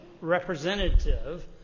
representative